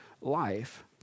life